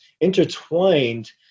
intertwined